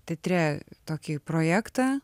teatre tokį projektą